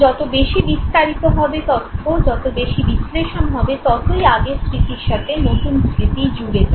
যত বেশি বিস্তারিত হবে এই তথ্য যত বেশি বিশ্লেষণ হবে ততই আগের স্মৃতির সাথে নতুন স্মৃতি জুড়ে যাবে